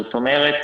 זאת אומרת,